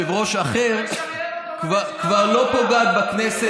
היושב-ראש פה, אתה אוהב כדורגל?